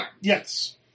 Yes